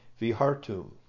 Vihartum